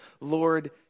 Lord